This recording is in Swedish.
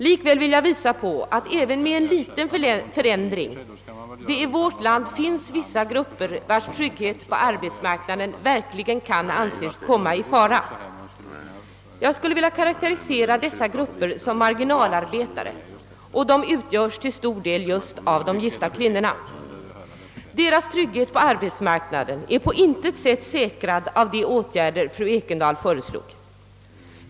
Likväl vill jag påpeka att även med en liten förändring det i vårt land finns vissa grupper, vilkas trygghet på arbetsmarknaden verkligen kan anses komma i fara. Jag skulle vilja karakterisera dessa grupper som marginalarbetare, och de utgörs till stor del just av de gifta kvinnorna. Deras trygghet på arbetsmarknaden är på intet sätt säkrad av de åtgärder fru Ekendahl talade om.